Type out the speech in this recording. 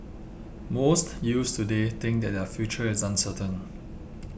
most youths today think that their future is uncertain